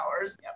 hours